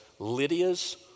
Lydia's